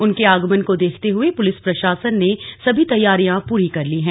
उनके आगमन को देखते हुए पुलिस प्रशासन ने सभी तैयारियां पूरी कर ली हैं